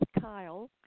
Kyle